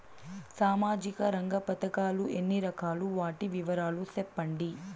సామాజిక రంగ పథకాలు ఎన్ని రకాలు? వాటి వివరాలు సెప్పండి